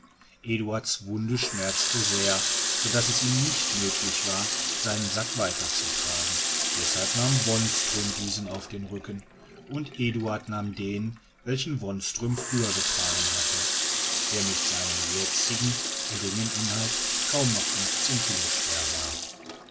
eduard's wunde schmerzte sehr sodaß es ihm nicht möglich war seinen sack weiter zu tragen deshalb nahm wonström diesen auf den rücken und eduard nahm den welchen wonström früher getragen hatte der mit seinen jetzigen geringen inhalt kaum noch kilo schwer war